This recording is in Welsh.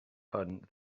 hwn